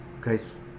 guys